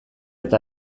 eta